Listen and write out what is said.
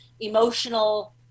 emotional